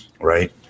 Right